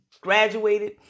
graduated